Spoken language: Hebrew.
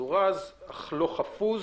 מזורז אך לא חפוז